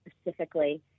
specifically